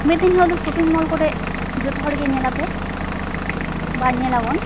ᱢᱤᱫ ᱫᱤᱱ ᱦᱤᱞᱳᱜ ᱫᱚ ᱥᱚᱯᱤᱝᱢᱚᱞ ᱠᱚᱨᱮᱫ ᱡᱚᱛᱚ ᱦᱚᱲᱜᱮ ᱧᱮᱞᱟᱯᱮ ᱵᱟ ᱧᱮᱞᱟᱵᱚᱱ